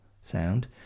sound